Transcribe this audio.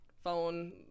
phone